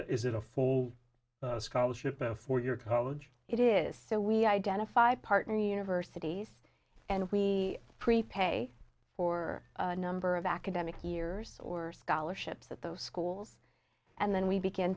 is it a full scholarship for your college it is so we identify partner universities and we prepay for a number of academic years or scholarships at those schools and then we begin